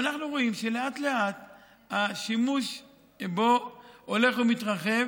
ואנחנו רואים שלאט-לאט השימוש בו הולך ומתרחב,